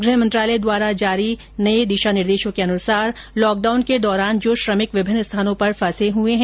गृह मंत्रालय द्वारा जारी नये दिशा निर्देशों के अनुसार लॉकडाउन के दौरान जो श्रमिक विभिन्न स्थानों पर फंसे हुए है